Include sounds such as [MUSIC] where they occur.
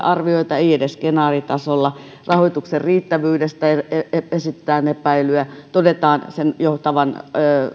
[UNINTELLIGIBLE] arvioita ei edes skenaariotasolla rahoituksen riittävyydestä esitetään epäilyjä ja todetaan sen johtavan